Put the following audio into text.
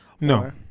No